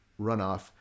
runoff